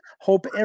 Hope